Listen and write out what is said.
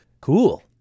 cool